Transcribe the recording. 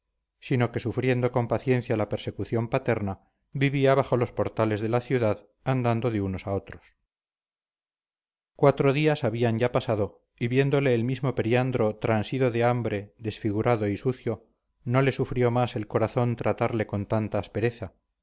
sino que sufriendo con paciencia la persecución paterna vivía bajo los portales de la ciudad andando de unos a otros cuatro días habían ya pasado y viéndole el mismo periandro transido de hambre desfigurado y sucio no le sufrió más el corazón tratarle con tanta aspereza